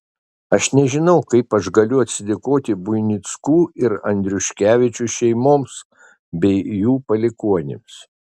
aš nežinau kaip aš galiu atsidėkoti buinickų ir andriuškevičių šeimoms bei jų palikuonims